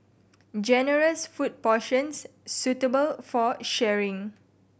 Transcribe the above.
generous food portions suitable for sharing